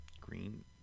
Green